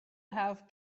have